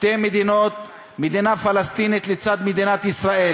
שתי מדינות מדינה פלסטינית לצד מדינת ישראל.